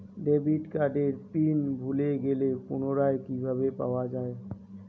Debit কার্ডের PIN ভুলে গেলে পুনরায় কিভাবে পাওয়া য়ায়?